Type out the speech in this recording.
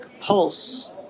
pulse